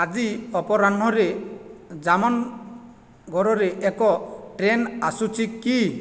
ଆଜି ଅପରାହ୍ନରେ ଜାମନ୍ ଗଡ଼ରେ ଏକ ଟ୍ରେନ୍ ଆସୁଛି କି